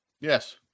Yes